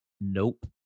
Nope